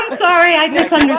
sorry. i mean